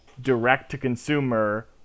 direct-to-consumer